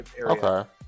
Okay